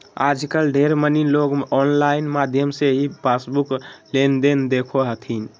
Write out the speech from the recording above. आजकल ढेर मनी लोग आनलाइन माध्यम से ही पासबुक लेनदेन देखो हथिन